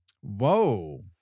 Whoa